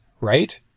right